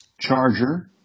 Charger